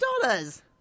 dollars